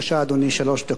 אדוני היושב-ראש,